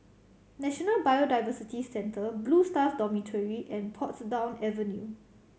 National Biodiversity Centre Blue Stars Dormitory and Portsdown Avenue